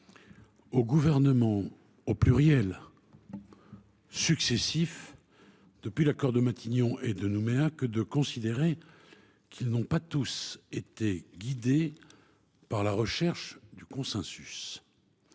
aux gouvernements qui se sont succédé depuis les accords de Matignon et de Nouméa que de considérer qu’ils n’ont pas tous été guidés par la recherche du consensus,